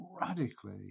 radically